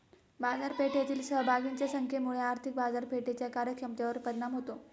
बाजारपेठेतील सहभागींच्या संख्येमुळे आर्थिक बाजारपेठेच्या कार्यक्षमतेवर परिणाम होतो